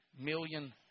million